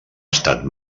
estat